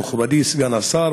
מכובדי סגן השר,